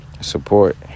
support